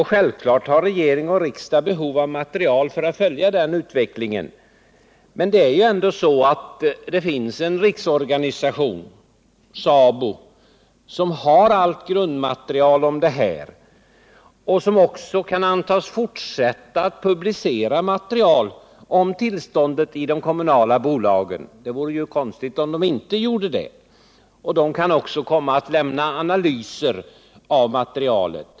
Regering och riksdag har självfallet behov av material så att man kan följa utvecklingen, men det finns ju en riksorganisation, SABO, som har allt grundmaterial om detta och som kan antas fortsätta att publicera uppgifter om tillståndet i de kommunala bolagen. Det vore konstigt om SABO inte gjorde det. SABO kan också göra analyser av materialet.